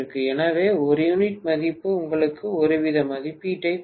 எனவே ஒரு யூனிட் மதிப்பு உங்களுக்கு ஒருவித மதிப்பீட்டைக் கொடுக்கும்